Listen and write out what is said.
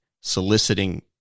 soliciting